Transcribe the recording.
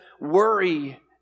worry